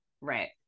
right